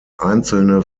einzelne